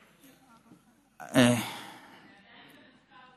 גושה, אדוני השר.